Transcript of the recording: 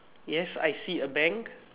yes I see a bank